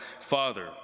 father